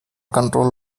control